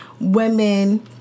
women